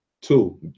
two